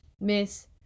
miss